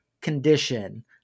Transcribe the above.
condition